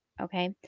okay